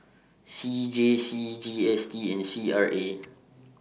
C J C G S T and C R A